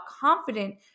confident